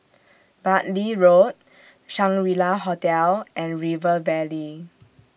Bartley Road Shangri La Hotel and River Valley